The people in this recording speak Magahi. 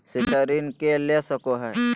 शिक्षा ऋण के ले सको है?